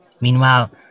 Meanwhile